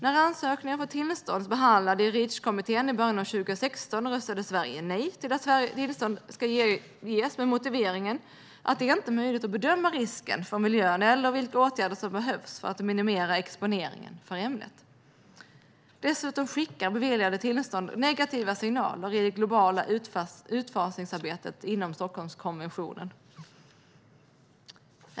När ansökningar för tillstånd behandlades i Reachkommittén i början av 2016 röstade Sverige nej till att tillstånd skulle ges med motivering att det inte är möjligt att bedöma risken för miljön eller vilka åtgärder som behövs för att minimera exponeringen för ämnet. Dessutom skickar beviljade tillstånd negativa signaler i det globala utfasningsarbetet inom Stockholmskonventionen.